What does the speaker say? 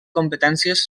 competències